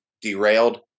derailed